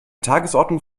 tagesordnung